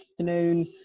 afternoon